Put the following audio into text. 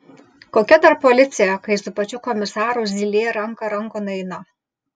kokia dar policija kai su pačiu komisaru zylė ranka rankon eina